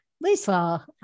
Lisa